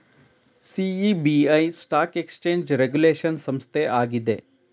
SEBI stock exchange regulation ಸಂಸ್ಥೆ ಆಗಿದೆ